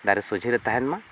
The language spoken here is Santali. ᱫᱟᱨᱮ ᱥᱚᱡᱷᱮ ᱨᱮ ᱛᱟᱦᱮᱱ ᱢᱟ